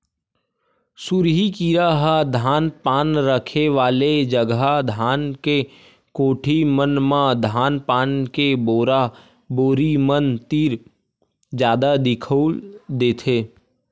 सुरही कीरा ह धान पान रखे वाले जगा धान के कोठी मन म धान पान के बोरा बोरी मन तीर जादा दिखउल देथे